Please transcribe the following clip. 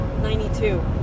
92